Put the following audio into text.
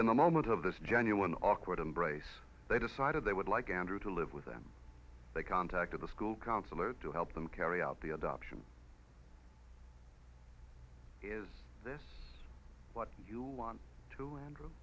a moment of this genuine awkward embrace they decided they would like andrew to live with them they contacted the school counselor to help them carry out the adoption is this what you want to endure